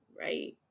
right